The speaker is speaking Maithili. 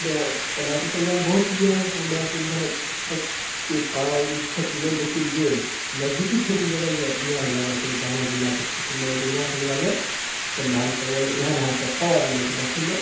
तऽ ओना तऽ सङ्ग्रहालय बहुत यऽ हमरा सुनके हमरा सबके पा क्षेत्रमे लेकिन जे नजदीकी क्षेत्रमे रहैए इहए यऽ हमरा सबके दरभङ्गा जिलाके क्षेत्रमे एगो इहए सङ्ग्रहालय चन्द्रधारी सङ्ग्रहालय इहएमे हमसब सब आदमी जाइत छी देखै लए